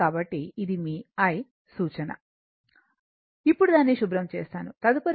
కాబట్టి ఇది మీ Iసూచన ఇప్పుడు దానిని శుభ్రం చేస్తాను తదుపరిది V